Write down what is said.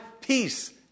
peace